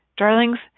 Darlings